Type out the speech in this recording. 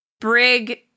Brig